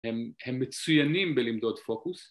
‫הם מצוינים בלמדוד פוקוס.